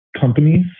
companies